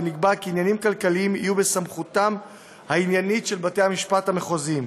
ונקבע כי עניינים כלכליים יהיו בסמכותם העניינית של בתי המשפט המחוזיים.